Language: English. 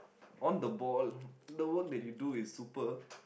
on the ball the work that you do is super